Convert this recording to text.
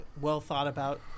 well-thought-about